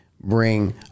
bring